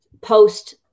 post